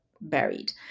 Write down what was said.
buried